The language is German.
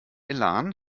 elan